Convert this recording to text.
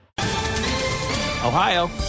Ohio